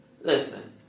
Listen